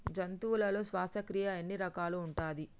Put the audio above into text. జంతువులలో శ్వాసక్రియ ఎన్ని రకాలు ఉంటది?